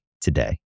today